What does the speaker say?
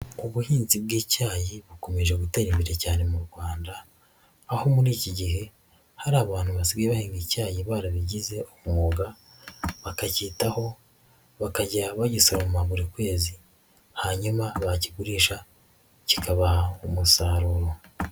Ubuhinzi bw'icyayi bukomeje gutera imbere cyane mu Rwanda aho muri iki gihe hari abantu basigaye bahinz icyayi barabigize umwuga bakacyitaho, bakajya bagisoroma buri kwezi hanyuma bakigurisha kikabaha umusaruro.